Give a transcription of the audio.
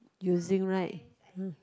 using right [huh]